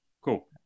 Cool